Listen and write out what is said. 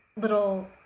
little